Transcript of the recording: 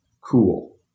cool